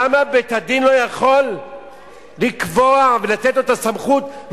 למה בית-הדין לא יכול לקבוע ולתת את הסמכות,